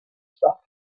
stuff